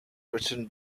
written